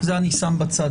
את זה אני שם בצד.